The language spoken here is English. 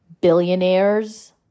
billionaires